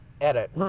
Edit